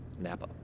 Napa